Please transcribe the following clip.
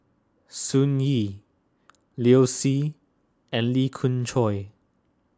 Sun Yee Liu Si and Lee Khoon Choy